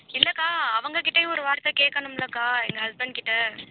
இல்லைக்கா அவங்ககிட்டேயும் ஒரு வார்த்தை கேட்கணும்லக்கா எங்கள் ஹஸ்பண்ட்கிட்ட